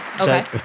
Okay